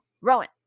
Rowan